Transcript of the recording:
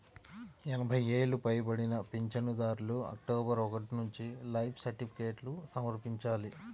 ఎనభై ఏళ్లు పైబడిన పింఛనుదారులు అక్టోబరు ఒకటి నుంచి లైఫ్ సర్టిఫికేట్ను సమర్పించాలి